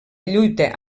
lluita